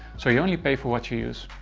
so you only pay for what you use.